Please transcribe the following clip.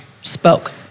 spoke